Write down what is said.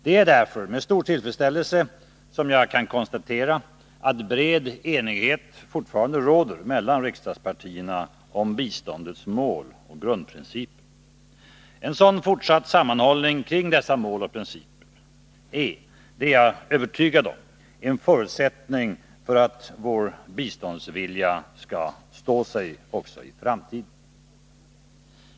Det är därför med stor tillfredsställelse som jag kan konstatera att bred enighet fortfarande råder mellan riksdagspartierna om biståndets mål och grundprinciper. En sådan fortsatt sammanhållning kring dessa mål och principer är — det är jag övertygad om — en förutsättning för att vår biståndsvilja skall stå sig också i framtiden.